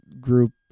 group